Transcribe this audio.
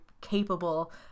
capable